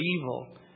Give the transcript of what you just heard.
evil